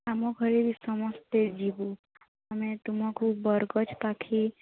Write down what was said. ହଁ ଆମ ଘରେ ବି ସମସ୍ତେ ଯିବୁ ଆମେ ତୁମକୁ ବରଗଛ ପାଖେ